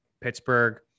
Pittsburgh